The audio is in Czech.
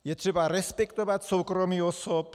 Je třeba respektovat soukromí osob.